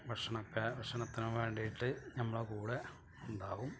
ഭക്ഷണമൊക്കെ ഭക്ഷണത്തിന് വേണ്ടിയിട്ട് നമ്മുടെ കൂടെ ഉണ്ടാവും